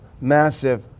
massive